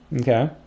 Okay